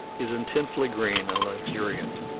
is intensely green and luxuriant